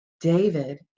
David